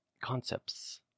concepts